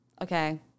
Okay